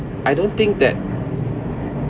I don't think that